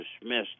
dismissed